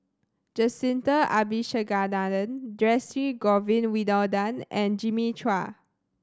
Jacintha Abisheganaden Dhershini Govin Winodan and Jimmy Chua